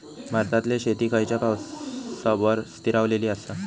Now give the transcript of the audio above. भारतातले शेती खयच्या पावसावर स्थिरावलेली आसा?